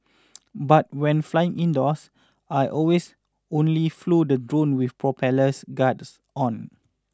but when flying indoors I always only flew the drone with propellers guards on